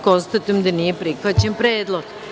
Konstatujem da nije prihvaćen predlog.